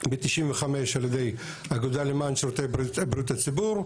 ב-1995 על ידי האגודה למען שירותי בריאות הציבור,